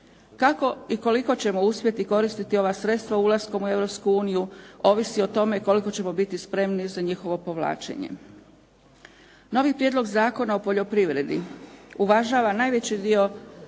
Kako i koliko ćemo uspjeti koristiti ova sredstva ulaskom u Europsku uniju, ovisi o tome koliko ćemo biti spremni za njihovo povlačenje. Novi prijedlog Zakona o poljoprivredi uvažava najveći dio